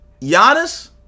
Giannis